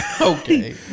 okay